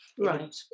Right